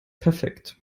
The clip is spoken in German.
perfekt